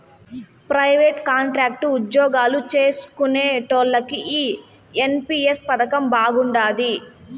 private, contract ఉజ్జోగాలు చేస్కునేటోల్లకి ఈ ఎన్.పి.ఎస్ పదకం బాగుండాది